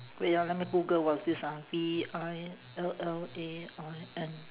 wait ah let me google what's this ah V I L L A I N